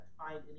find